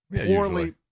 Poorly